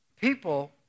people